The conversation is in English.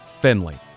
Finley